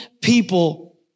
people